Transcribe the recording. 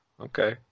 Okay